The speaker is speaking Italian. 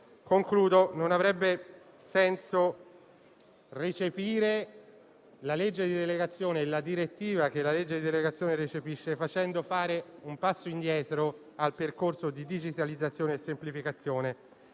Non avrebbe senso recepire la legge di delegazione e la direttiva che la legge di delegazione recepisce facendo fare un passo indietro al percorso di digitalizzazione e semplificazione